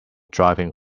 driving